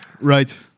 Right